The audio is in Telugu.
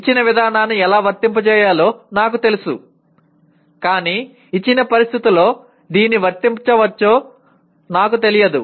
ఇచ్చిన విధానాన్ని ఎలా వర్తింపజేయాలో నాకు తెలుసు కానీ ఇచ్చిన పరిస్థితిలో దీన్ని వర్తించవచ్చో నాకు తెలియదు